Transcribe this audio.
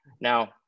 Now